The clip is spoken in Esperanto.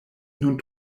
nun